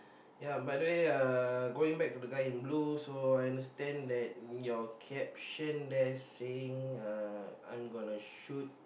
ya by the way uh going back to the guy in blue so I understand that your caption there saying uh I'm gonna shoot